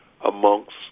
amongst